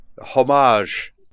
Homage